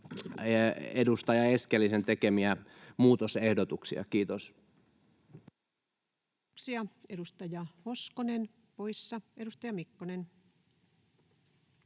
edustaja Eskelisen tekemiä muutosehdotuksia. — Kiitos.